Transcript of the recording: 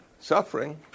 suffering